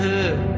Hood